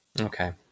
Okay